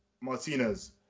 martinez